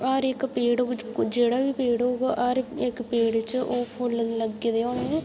हर इक पेड़ जेह्ड़ा बी पेड़ होग हर इक पेड़ च फुल्ल लग्गे दे होने